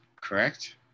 correct